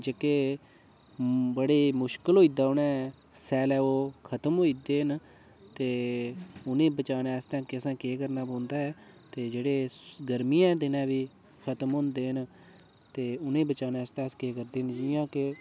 जेह्के बड़े मुश्कल होई जंदा उनें स्यालै ओह् खत्म होई जंदे ते उ'नेंगी बचाने आस्तै अग्गें असें केह् करने पौंदा ऐ ते जेह्ड़े गर्मियें दे दिनें बी खत्म होंदे न ते उ'नेंगी बचाने आस्तै अस केह् करदे न जियां के